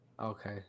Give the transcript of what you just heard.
Okay